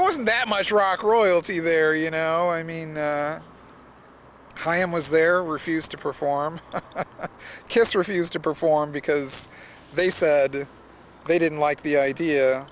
there wasn't that much rock royalty there you know i mean i am was there refused to perform a kiss refused to perform because they said they didn't like the idea